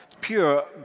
pure